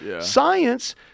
science